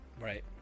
Right